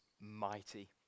mighty